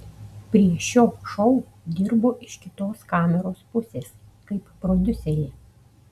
prie šio šou dirbu iš kitos kameros pusės kaip prodiuserė